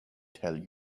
tell